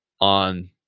on